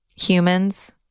humans